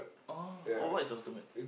oh oh what is Ultimate